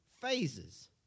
phases